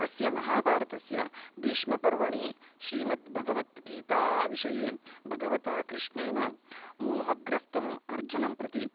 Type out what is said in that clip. अस्य महाभारतस्य भीष्मपर्वणि श्रीमद्भगवद्गीताविषये भगवता कृष्णेन मोहग्रस्तम् अर्जुनं प्रति